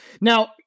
now